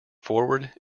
forward